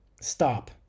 Stop